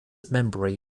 memory